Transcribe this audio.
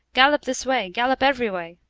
gallop this way gallop every way.